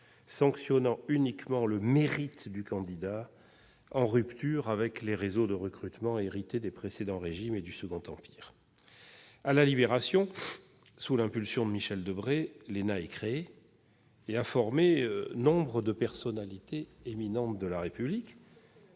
sanctionnant uniquement le mérite du candidat, en rupture avec les réseaux de recrutement hérités des précédents régimes et du Second Empire. À la Libération, l'ENA est créée sous l'impulsion de Michel Debré. Elle a depuis formé nombre de personnalités éminentes de la République,